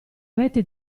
rete